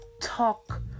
talk